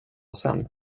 sen